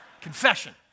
Confession